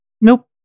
Nope